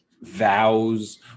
vows